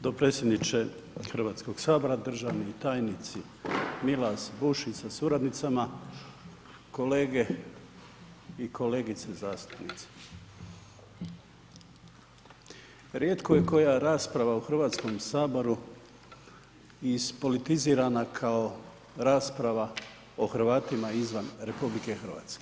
Dopredsjedniče Hrvatskog sabora, državni tajnici Milas, Bušić sa suradnicama, kolege i kolegice zastupnici, rijetko je koja rasprava u Hrvatskom saboru ispolitizirana kao rasprava o Hrvatima izvan RH.